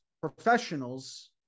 professionals